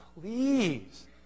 please